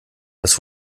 das